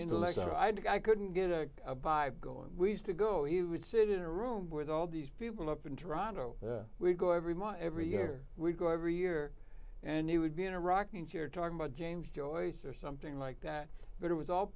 know lecture i did i couldn't get a a by going we used to go he would sit in a room with all these people up in toronto we go every month every year we go every year and he would be in a rocking chair talking about james joyce or something like that but it was all